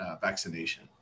vaccination